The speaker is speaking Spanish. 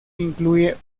incluye